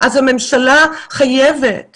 אז הממשלה חייבת